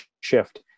shift